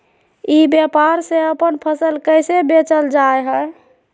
ई व्यापार से अपन फसल कैसे बेचल जा हाय?